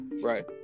Right